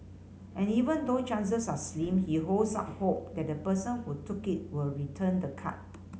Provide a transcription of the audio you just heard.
and even though chances are slim he holds out hope that the person who took it will return the card